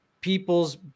people's